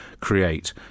create